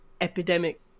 epidemic